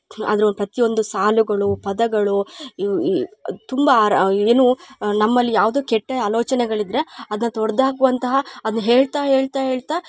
ಅದರ ಒನ್ ಪ್ರತಿಯೊಂದು ಸಾಲುಗಳು ಪದಗಳು ಇವು ಈ ತುಂಬ ಆರಾ ಏನು ನಮ್ಮಲ್ಲಿ ಯಾವುದೆ ಕೆಟ್ಟ ಆಲೋಚನೆಗಳಿದ್ರೆ ಅದ್ನ ತೊಡ್ದಾಕುವಂತಹ ಅದ್ನ ಹೇಳ್ತ ಹೇಳ್ತ ಹೇಳ್ತ